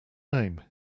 name